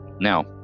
Now